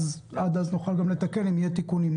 עד אז, נוכל גם לתקן, אם יהיו תיקונים.